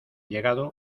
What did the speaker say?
llegado